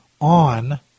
on